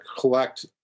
collect